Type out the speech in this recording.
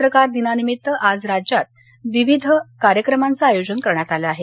पत्रकार दिनानिमित्त आज राज्यात सर्वत्र विविध कार्यक्रमांचं आयोजन करण्यात आलं आहे